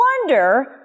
wonder